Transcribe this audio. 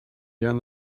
down